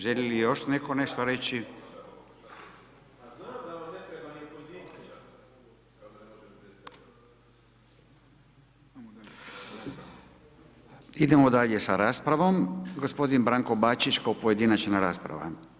Želi li još netko nešto reći? … [[Upadica sa strane, ne razumije se.]] Idemo dalje sa raspravom, g. Branko Bačić kao pojedinačna rasprava.